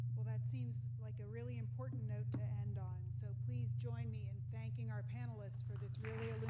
well, that seems like a really important note to end on, so please join me in thanking our panelists for this really